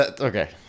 Okay